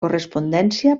correspondència